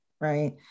right